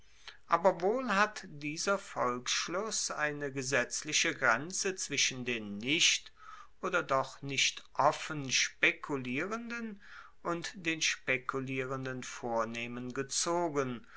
aber wohl hat dieser volksschluss eine gesetzliche grenze zwischen den nicht oder doch nicht offen spekulierenden und den spekulierenden vornehmen gezogen